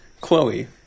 Chloe